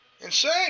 insane